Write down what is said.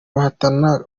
bahatana